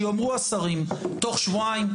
שיאמרו השרים: תוך שבועיים,